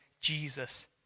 Jesus